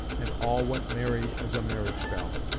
and all went merry as a marriage bell.